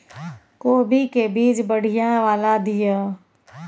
कोबी के बीज बढ़ीया वाला दिय?